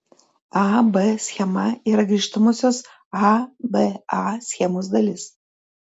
a b schema yra grįžtamosios a b a schemos dalis